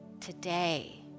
today